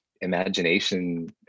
imagination